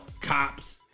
cops